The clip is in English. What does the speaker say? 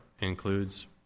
includes